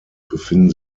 befinden